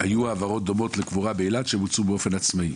היו העברות דומות לקבורה באילת שבוצעו באופן עצמאי.